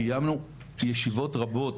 קיימנו ישיבות רבות